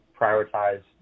prioritize